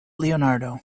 leonardo